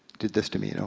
did this to me, you know,